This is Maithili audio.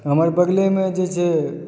हमर बगलेमे जे छै